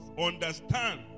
understand